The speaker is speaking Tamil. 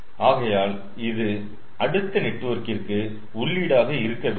ஆகையால் இது அடுத்த நெட்வொர்கிருக்கு உள்ளீடாக இருக்க வேண்டும்